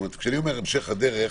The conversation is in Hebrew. כשאני אומר "בהמשך הדרך"